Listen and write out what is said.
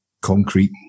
concrete